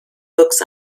books